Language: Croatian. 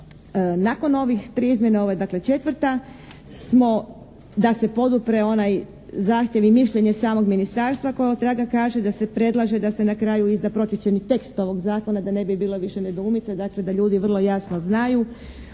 nakon ovih triju izmjena, ovo je dakle četvrta smo da se podupre onaj zahtjev i mišljenje samog ministarstva koje otraga kaže da se predlaže da se na kraju izda pročišćeni tekst ovog zakona, da ne bi bilo više nedoumica, dakle da ljudi vrlo jasno znaju